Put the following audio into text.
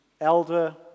elder